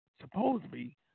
supposedly